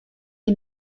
est